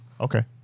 Okay